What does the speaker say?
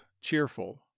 cheerful